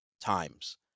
times